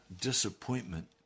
disappointment